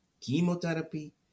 chemotherapy